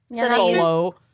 Solo